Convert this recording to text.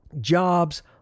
jobs